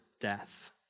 death